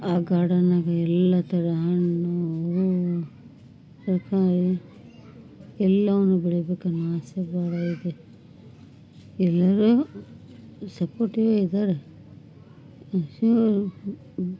ಆ ಗಾರ್ಡನ್ನಾಗೆ ಎಲ್ಲ ಥರ ಹಣ್ಣು ಹೂವು ತರಕಾರಿ ಎಲ್ಲಾ ಬೆಳಿ ಬೇಕೆನ್ನುವ ಆಸೆ ಭಾಳ ಇದೆ ಎಲ್ಲರು ಸಪೋರ್ಟಿವೇ ಇದ್ದಾರೆ